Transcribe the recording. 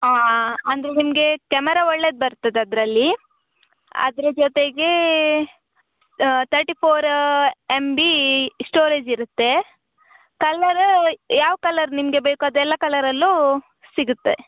ಹಾಂ ಅಂದರೆ ನಿಮಗೆ ಕ್ಯಾಮರಾ ಒಳ್ಳೇದು ಬರ್ತದೆ ಅದರಲ್ಲಿ ಅದ್ರ ಜೊತೆಗೆ ತರ್ಟಿ ಫೋರ್ ಎಮ್ ಬಿ ಸ್ಟೋರೇಜ್ ಇರುತ್ತೆ ಕಲರ್ ಯಾವ ಕಲರ್ ನಿಮಗೆ ಬೇಕು ಅದೆಲ್ಲ ಕಲರಲ್ಲೂ ಸಿಗುತ್ತೆ